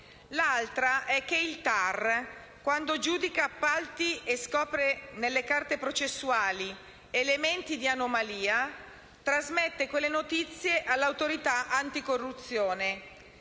prevede che il TAR, quando giudica appalti e scopre nelle carte processuali elementi di anomalia, trasmetta quelle notizie all'Autorità anticorruzione.